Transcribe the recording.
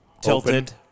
tilted